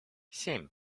семь